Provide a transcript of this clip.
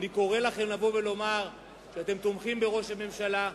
אני קורא לכם לומר שאתם תומכים בראש הממשלה,